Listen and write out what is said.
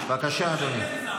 בבקשה, אדוני.